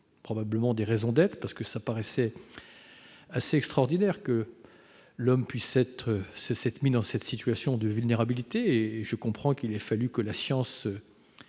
probablement des raisons d'être, parce qu'il paraissait assez extraordinaire que l'homme puisse s'être mis dans une telle situation de vulnérabilité. Je comprends qu'il ait fallu que la science